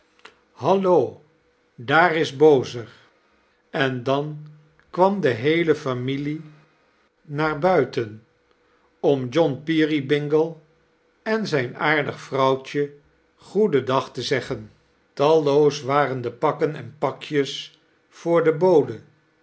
hallo daar is bozer en dan kwam de heele familie naar buiten om john peeiybingle en zijn aardig vrouwtje goeden dag te zeggen talloos waren de pakken en pakjes voor den bode